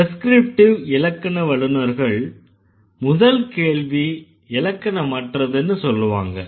prescriptive இலக்கண வல்லுநர்கள் முதல் கேள்வி இலக்கணமற்றதுன்னு சொல்லுவாங்க